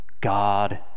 God